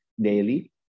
daily